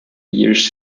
years